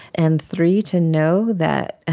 and three, to know that, ah